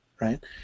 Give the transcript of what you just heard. right